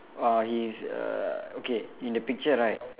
uh he's err okay in the picture right